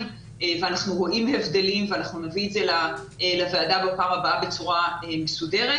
ואנחנו רואים הבדלים ואנחנו נביא את זה לוועדה בפעם הבאה בצורה מסודרת.